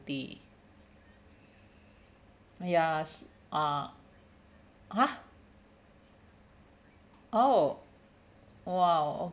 twenty ya ah !huh! oh !wow!